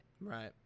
Right